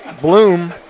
Bloom